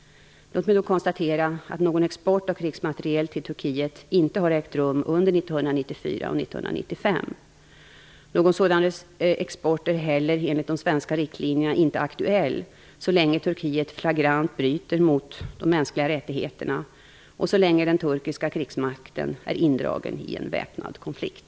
Låt mig då konstatera, att någon export av krigsmateriel till Turkiet inte har ägt rum under 1994 och 1995. Någon sådan export är heller, enligt de svenska riktlinjerna, inte aktuell så länge Turkiet flagrant bryter mot de mänskliga rättigheterna och så länge den turkiska krigsmakten är indragen i en väpnad konflikt.